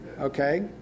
Okay